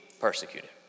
persecuted